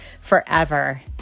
forever